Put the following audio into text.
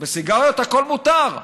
אבל בסיגריות הכול מותר.